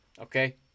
Okay